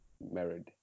married